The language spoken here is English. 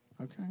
Okay